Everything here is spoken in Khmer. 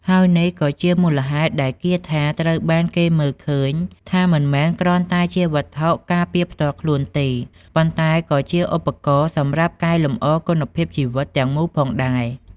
ហើយនេះក៏ជាមូលហេតុ ដែលគាថាត្រូវបានគេមើលឃើញថាមិនមែនគ្រាន់តែជាវត្ថុការពារផ្ទាល់ខ្លួនទេ ប៉ុន្តែក៏ជាឧបករណ៍សម្រាប់ការកែលម្អគុណភាពជីវិតទាំងមូលផងដែរ។